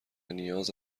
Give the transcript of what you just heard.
نیاز